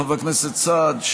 חבר הכנסת סעד,